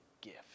gift